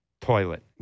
toilet